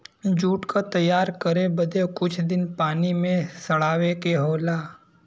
jute क तैयार करे बदे कुछ दिन पानी में सड़ावे के होला